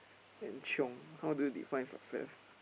then chiong how do you define success